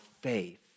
faith